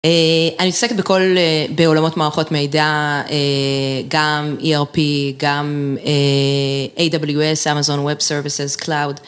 אני עוסקת בכל, בעולמות מערכות מידע, גם ERP, גם AWS, Amazon Web Services, Cloud.